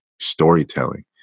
storytelling